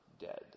dead